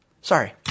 Sorry